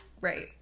Right